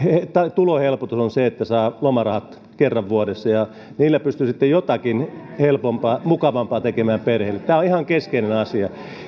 tulohelpotus on se että saa lomarahat kerran vuodessa ja niillä pystyy sitten jotakin mukavampaa tekemään perheelle tämä on ihan keskeinen asia